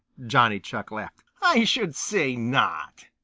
johnny chuck laughed. i should say not!